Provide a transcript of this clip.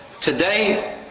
today